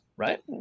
right